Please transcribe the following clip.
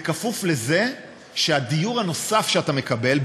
בכפוף לזה שהדיור הנוסף שאתה מקבל,